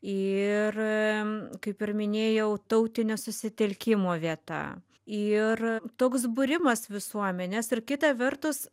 ir kaip ir minėjau tautinio susitelkimo vieta ir toks būrimas visuomenės ir kita vertus